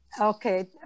Okay